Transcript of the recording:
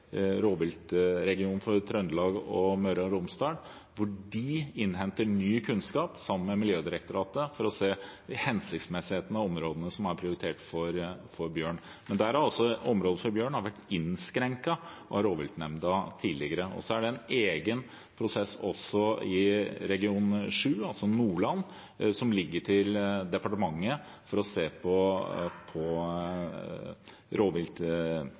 Møre og Romsdal, hvor de innhenter ny kunnskap sammen med Miljødirektoratet for å se hensiktsmessigheten av områdene som er prioritert for bjørn. Området for bjørn har vært innskrenket av rovviltnemnda tidligere. Det er også en egen prosess i region 7, Nordland, som ligger til departementet, for å se på rovviltområdene for både bjørn og jerv der. Der vil det tas en egen beslutning, og jeg kommer tilbake til Stortinget på